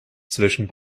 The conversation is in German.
zwischen